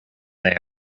they